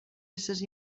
éssers